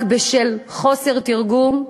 רק בשל חוסר תרגום,